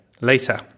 later